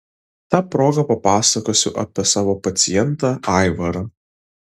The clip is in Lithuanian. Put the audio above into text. ta proga papasakosiu apie savo pacientą aivarą